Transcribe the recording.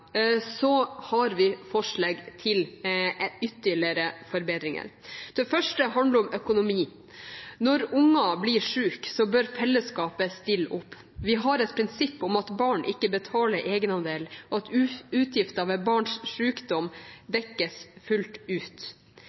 har vi forslag til ytterligere forbedringer. Det første handler om økonomi. Når barn blir syke, bør fellesskapet stille opp. Vi har et prinsipp om at barn ikke betaler egenandel, og at utgifter ved barns sykdom dekkes fullt ut.